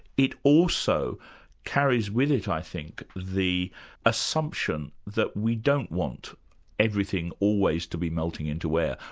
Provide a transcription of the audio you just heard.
it also carries with it i think, the assumption that we don't want everything always to be melting into air.